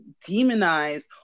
demonize